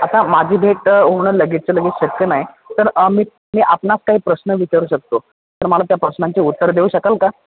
आता माझी भेट होणं लगेचच्या लगेच शक्य नाही तर मी मी आपणास काही प्रश्न विचारू शकतो तर मला त्या प्रश्नांचे उत्तर देऊ शकाल का